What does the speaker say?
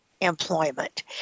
employment